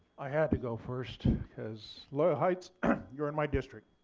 i had to go first because loyal heights you're in my district.